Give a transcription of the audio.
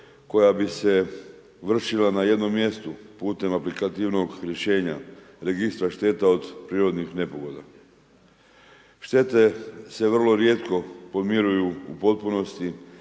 koja bi se vršila na jednom mjestu putem aplikativnog rješenja registra šteta od prirodnih nepogoda. Štete se vrlo rijetko pomiruju u potpunosti.